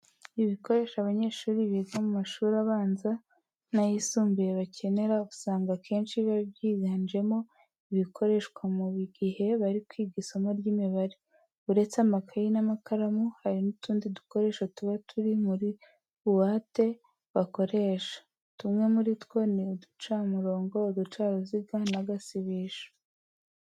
Ibikoresho abanyeshuri biga mu mashuri abanza n'ayisumbuye bakenera usanga akenshi biba byiganjemo ibikoreshwa mu gihe bari kwiga isomo ry'imibare. Uretse amakayi n'amakaramu, hari n'utundi dukoresho tuba turi muri buwate bakoresha. Tumwe muri two ni uducamurongo, uducaruziga n'agasibisho.